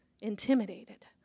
intimidated